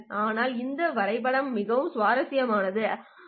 ஆனால் இந்த வரைபடம் மிகவும் சுவாரஸ்யமானது சரி